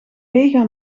mega